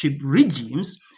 regimes